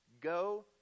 go